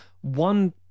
One